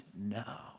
now